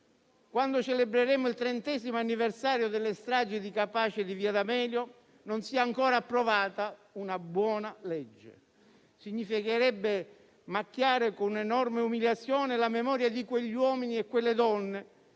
quando celebreremo il trentesimo anniversario delle stragi di Capaci e di via D'Amelio, non sia ancora approvata una buona legge. Significherebbe macchiare, con enorme umiliazione, la memoria di quegli uomini e di quelle donne